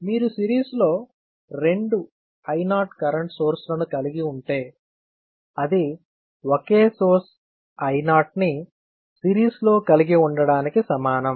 మీరు సిరీస్ లో రెండు I0 కరెంట్ సోర్స్ లను కలిగి ఉంటే అది ఒకే సోర్స్ I0 ని సిరీస్లో కలిగి ఉండటానికి సమానం